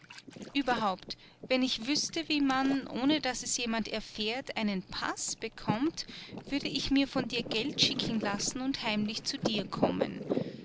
ueberhaupt wenn ich wüßte wie man ohne daß es jemand erfährt einen paß bekommt würde ich mir von dir geld schicken lassen und heimlich zu dir kommen